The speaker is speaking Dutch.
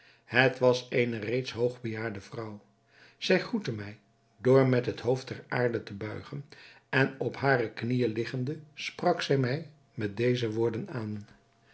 het was eene reeds hoog bejaarde vrouw zij groette mij door met het hoofd ter aarde te buigen en op hare knieën liggende sprak zij mij met deze woorden aan